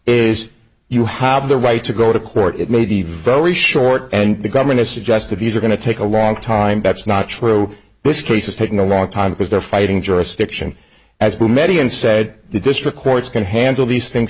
is you have the right to go to court it may be very short and the government has suggested these are going to take a long time that's not true this case is taking a long time because they're fighting jurisdiction as were many and said the district courts can handle these things